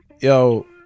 Yo